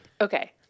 Okay